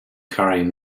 carrying